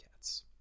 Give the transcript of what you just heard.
cats